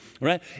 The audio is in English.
right